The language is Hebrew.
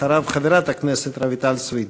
אחריו, חברת הכנסת רויטל סויד.